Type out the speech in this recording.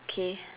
K